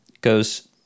goes